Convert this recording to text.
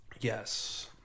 Yes